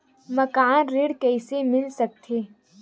मकान ऋण कइसे मिल सकथे?